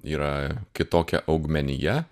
yra kitokia augmenija